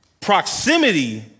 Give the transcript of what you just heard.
proximity